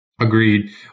Agreed